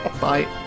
Bye